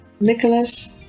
Nicholas